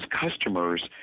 customers